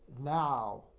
now